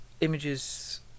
images